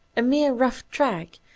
a mere rough track,